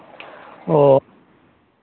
ᱚ